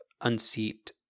unseat